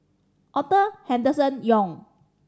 Arthur Henderson Young